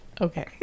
Okay